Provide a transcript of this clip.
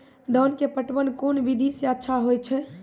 धान के पटवन कोन विधि सै अच्छा होय छै?